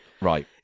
Right